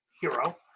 hero